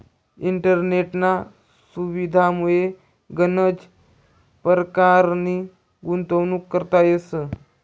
इंटरनेटना सुविधामुये गनच परकारनी गुंतवणूक करता येस